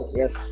yes